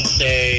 say